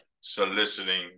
soliciting